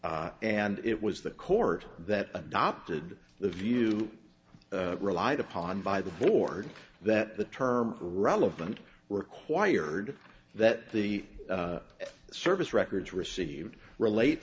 and it was the court that adopted the view relied upon by the board that the term relevant required that the service records received relate